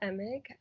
Emig